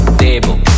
table